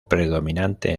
predominante